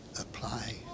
apply